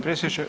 predsjedniče.